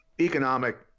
economic